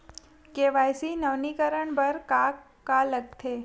KYC नवीनीकरण बर का का लगथे?